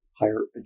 higher